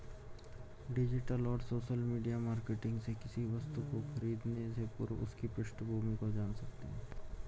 digital और social media marketing से किसी वस्तु को खरीदने से पूर्व उसकी पृष्ठभूमि को जान सकते है